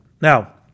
Now